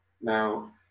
Now